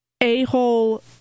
a-hole